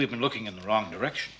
we've been looking in the wrong direction